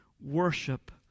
worship